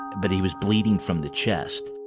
but he was bleeding from the chest.